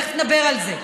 תכף נדבר על זה.